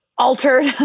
Altered